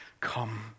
come